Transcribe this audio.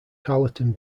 carleton